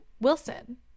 Wilson